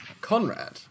Conrad